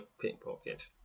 pickpocket